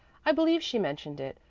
i believe she mentioned it.